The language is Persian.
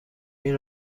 این